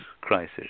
crisis